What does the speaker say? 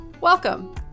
Welcome